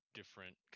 different